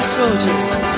soldiers